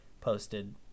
posted